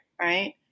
right